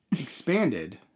Expanded